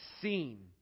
seen